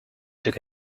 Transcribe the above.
took